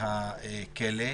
בבתי הכלא,